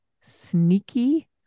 sneaky